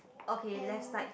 okay let's tight